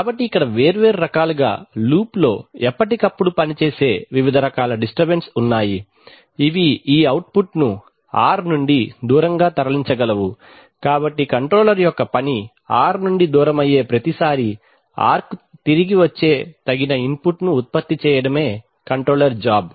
కాబట్టి ఇక్కడ వేరు వేరు రకాలుగా లూప్లో ఎప్పటికప్పుడు పనిచేసే వివిధ రకాల డిస్టర్బెన్స్ ఉన్నాయి ఇవి ఈ అవుట్పుట్ను r నుండి దూరంగా తరలించగలవు కాబట్టి కంట్రోలర్ యొక్క పని r నుండి దూరమయ్యే ప్రతిసారీ r కు తిరిగి వచ్చే తగిన ఇన్పుట్ను ఉత్పత్తి చేయడమే కంట్రోలర్ జాబ్